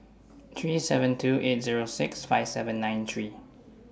three seven two eight Zero six five seven nine three